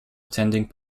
attending